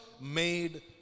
made